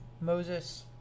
moses